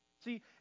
See